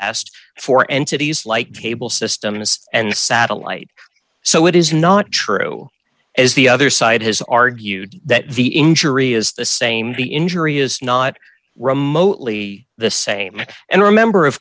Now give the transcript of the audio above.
asked for entities like cable systems and satellite so it is not true as the other side has argued that the injury is the same the injury is not remotely the same and remember of